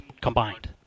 combined